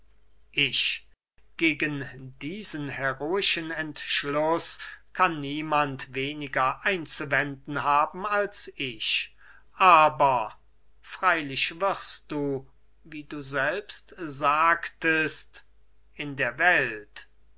ich gegen diesen heroischen entschluß kann niemand weniger einzuwenden haben als ich aber freylich wirst du wie du selbst sagtest in der welt